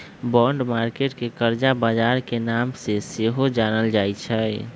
bond market के करजा बजार के नाम से सेहो जानल जाइ छइ